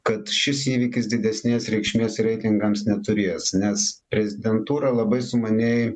kad šis įvykis didesnės reikšmės reitingams neturės nes prezidentūra labai sumaniai